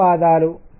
ధన్యవాదాలు